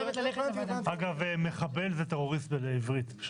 אגב, "מחבל" זה טרוריסט בעברית.